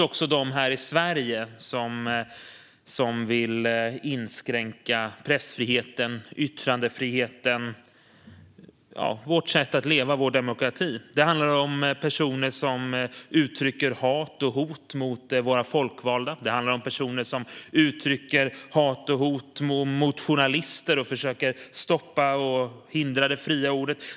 Också i Sverige finns det de som vill inskränka yttrandefriheten och pressfriheten, ja, vårt sätt att leva och vår demokrati. Det handlar om personer som uttrycker hat och hot mot våra folkvalda eller mot journalister och som försöker hindra det fria ordet.